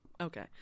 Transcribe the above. Okay